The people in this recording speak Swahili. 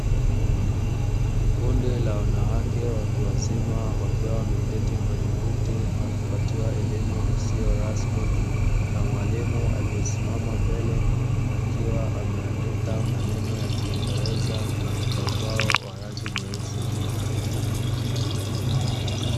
Kundi la wanawake watu wazima wakiwa wameketi kwenye viti na kupatiwa elimu isiyo rasmi na mwalimu aliyesimama mbele akiwa ameandika maneno ya kiingereza katika ubao wa rangi nyeusi.